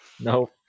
No